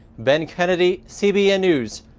ben kennedy, cbn news,